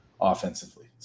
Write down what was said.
offensively